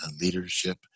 leadership